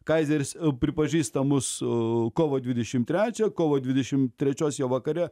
kaizeris pripažįsta mus kovo dvidešim trečią kovo dvidešim trečios jau vakare